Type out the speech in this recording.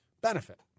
benefit